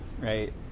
Right